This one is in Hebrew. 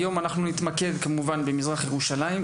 היום אנחנו נתמקד בנושא בהקשר של מזרח ירושלים,